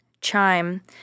chime